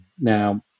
Now